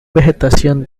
vegetación